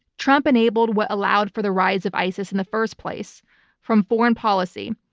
trump enabled what allowed for the rise of isis in the first place from foreign policy.